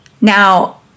now